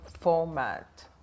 format